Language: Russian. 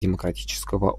демократического